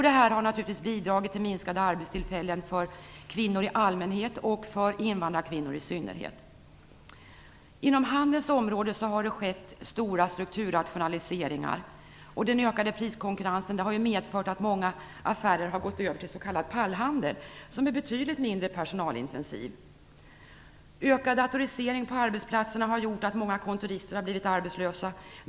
Det här har naturligtvis bidragit till minskade arbetstillfällen för kvinnor i allmänhet och för invandrarkvinnor i synnerhet. Inom handelns område har det skett stora strukturrationaliseringar. Den ökade priskonkurrensen har medfört att många affärer har gått över till s.k. pallhandel, som är betydligt mindre personalintensiv. Ökad datorisering på arbetsplatserna har gjort att många kontorister har blivit arbetslösa.